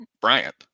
Bryant